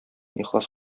ихлас